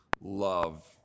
love